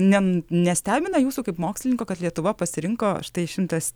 nem nestebina jūsų kaip mokslininko kad lietuva pasirinko štai šimtas